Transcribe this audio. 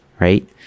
right